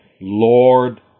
Lord